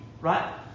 right